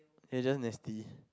is just nasty